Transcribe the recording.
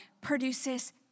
produces